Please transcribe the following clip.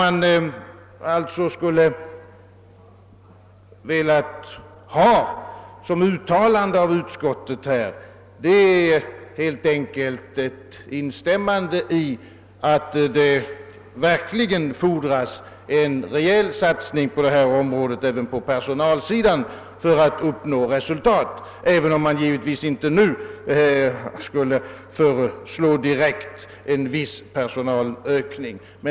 Man skulle alltså ha önskat att utskottet instämt i att det verkligen fordras en rejäl satsning på detta område, också på personalsidan, för att man skall kunna uppnå resultat, även om man givetvis inte just nu skulle direkt föreslå en viss personalökning.